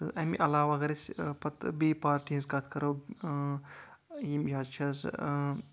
تہٕ اَمہِ علاوٕ اَگر أسۍ پَتہٕ بیٚیہِ پارٹی ہنٛز کَتھ کَرو یِم یہِ حظ چھ حظ